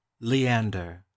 Leander